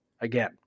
again